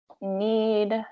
need